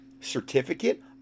Certificate